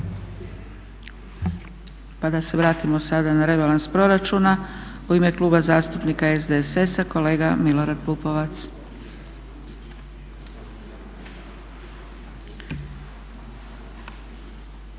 Pa da se vratimo sada na rebalans proračuna. U ime Kluba zastupnika SDSS-a kolega Milorad Pupovac.